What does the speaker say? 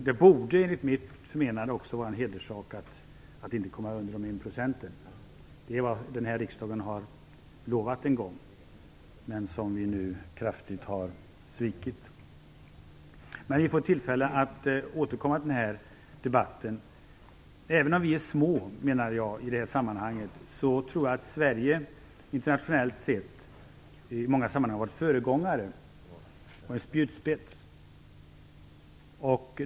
Det borde, enligt mitt förmenande, också vara en hederssak att inte hamna under 1,0 %. Detta är vad den här riksdagen har lovat en gång, vilket vi nu kraftigt har svikit. Vi får tillfälle att återkomma till den här debatten. Även om Sverige är ett litet land i det här sammanhanget, tror jag att Sverige internationellt sett i många sammanhang har varit föregångare och en spjutspets.